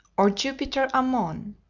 or jupiter ammon.